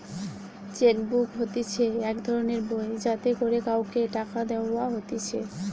check book হতিছে এক ধরণের বই যাতে করে কাওকে টাকা দেওয়া হতিছে